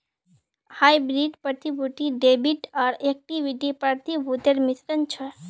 hybrid प्रतिभूति debit आर equity प्रतिभूतिर मिश्रण छ